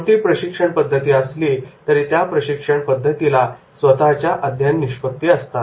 कोणतीही प्रशिक्षण पद्धती असली तरी त्या प्रशिक्षण पद्धतीला स्वतःच्या अध्ययन निष्पत्ती असतात